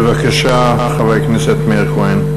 בבקשה, חבר הכנסת מאיר כהן.